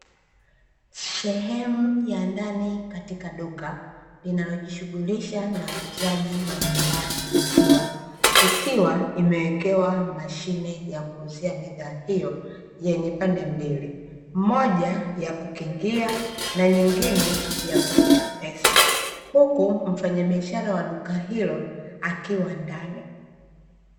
Sehemu ya ndani katika duka linalojishughulisha na uuzaji wa bidhaa ya maziwa, ikiwa imewekewa mashine ya kuuzia bidhaa hiyo, yenye pande mbili; moja ya kukingia na nyingine ya kuwekea pesa, huku mfanyabiashara wa duka hilo akiwa ndani.